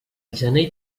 gener